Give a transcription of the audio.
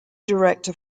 director